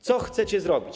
Co chcecie zrobić?